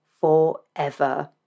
forever